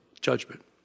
judgment